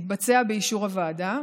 יתבצע באישור הוועדה.